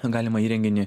galima įrenginį